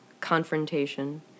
confrontation